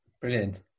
Brilliant